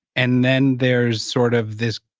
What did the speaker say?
and then there's sort of this